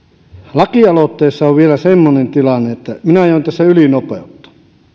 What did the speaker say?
lakialoitteessa on vielä semmoinen tilanne että kun minä ajoin ylinopeutta